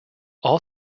all